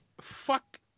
Fuck